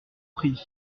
pris